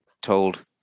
told